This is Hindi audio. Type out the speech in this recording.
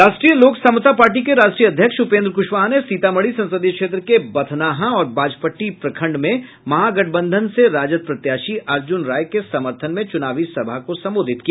राष्ट्रीय लोक समता पार्टी के राष्ट्रीय अध्यक्ष उपेन्द्र कुशवाहा ने सीतामढी संसदीय क्षेत्र के बथनाहा और बाजपट्टी प्रखंड में महागठबंधन से राजद प्रत्याशी अर्जुन राय के समर्थन में चूनावी सभा को संबोधित किया